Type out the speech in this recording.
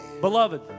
Beloved